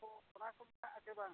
ᱦᱮᱸ ᱚᱱᱟ ᱠᱚ ᱢᱮᱱᱟᱜᱼᱟ ᱥᱮ ᱵᱟᱝᱟ